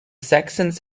saxons